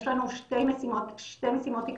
יש לנו שתי משימות עיקריות,